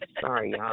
Sorry